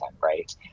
right